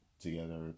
together